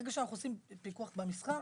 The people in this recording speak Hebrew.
ברגע שאנחנו עושים פיקוח במסחר,